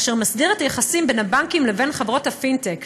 אשר מסדיר את היחסים בין הבנקים לבין חברות פינטק,